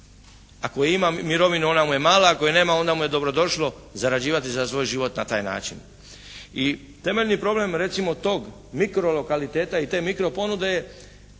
ako ima mirovinu ona mu je mala, ako je nema onda mu je dobro došlo zarađivati za svoj život na taj način. I temeljni problem recimo tog mikro lokaliteta i te mikro ponude je